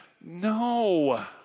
No